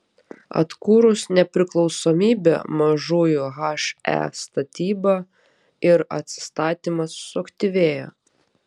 atkūrus nepriklausomybę mažųjų he statyba ir atstatymas suaktyvėjo